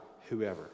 whoever